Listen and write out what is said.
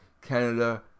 Canada